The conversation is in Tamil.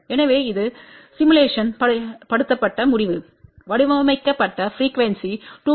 எனவே இது சிமுலேஷன் படுத்தப்பட்ட முடிவு வடிவமைக்கப்பட்ட ப்ரிக்யூவென்ஸி 2